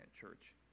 church